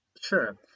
sure